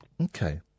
Okay